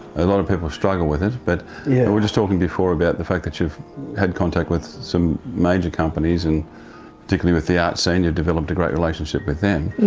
a lot of people struggle with it, but yeah. we were just talking before about the fact that you've had contact with some major companies, and particularly with the art scene. you've developed a great relationship with them.